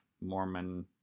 Mormon